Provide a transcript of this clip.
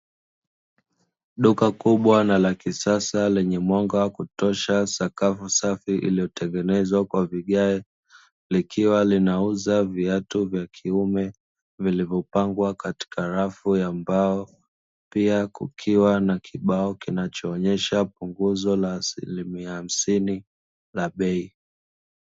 Duka kubwa na la kisasa lenye mwanga wa kutosha sakafu safi, iliyotengenezwa kwa vigae, likiwa linauza viatu vya kiume, vilivyopangwa katika rafu ya mbao, pia kukiwa na kibao kinachoonesha punguzo la asilimia hamsini la bei.